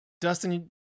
Dustin